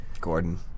Gordon